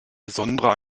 besondere